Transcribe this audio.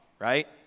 right